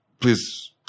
please